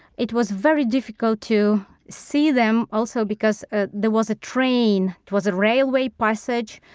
it was very difficult to see them, also because ah there was a train. it was a railway passage.